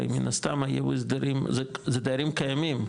מן הסתם זה דיירים קיימים.